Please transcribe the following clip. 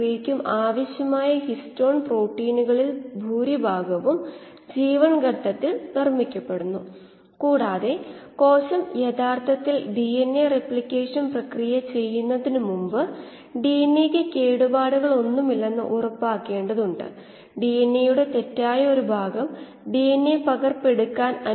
critical dilution റേറ്റ്ൽ കാണിക്കുകയാണെങ്കിൽ ഔട്ലേറ്റിൽ കോശങ്ങളൊന്നും ഇല്ല കോശങ്ങളുടെ ഗാഢത പൂജ്യമാണ് നമ്മൾ ഡെറിവേറ്റ് ചെയ്ത സമവാക്യത്തിൽ നിന്നും ഇതാണ് ക്രിട്ടികൽഡൈലൂഷൻ റേറ്റ് ഇൻലെറ്റിലെ സബ്സ്ട്രേറ്റിന്റെ ഗാഢത